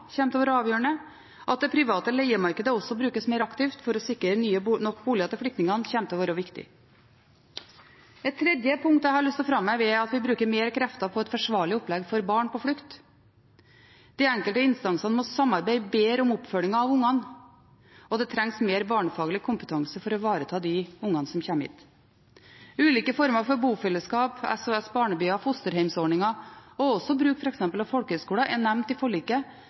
til å være avgjørende. At det private leiemarkedet brukes mer aktivt for å sikre nok boliger til flyktninger, kommer til å være viktig. Et tredje punkt jeg har lyst til å framheve, er at vi må bruke mer krefter på et forsvarlig opplegg for barn på flukt. De enkelte instansene må samarbeide bedre om oppfølgingen av ungene, og det trengs mer barnefaglig kompetanse for å ivareta de ungene som kommer hit. Ulike former for bofellesskap, SOS-barnebyer, fosterhjemsordninger og f.eks. bruk av folkehøgskoler er nevnt i forliket